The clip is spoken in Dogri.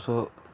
तुस